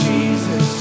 Jesus